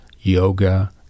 yoga